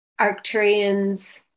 Arcturians